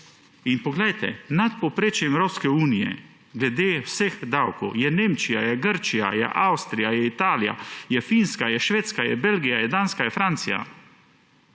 Poglejte, nad povprečjem Evropske unije glede vseh davkov je Nemčija, je Grčija, je Avstrija, je Italija, je Finska, je Švedska, je Belgija, je Danska, je Francija.